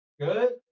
Good